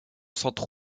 centre